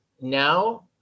now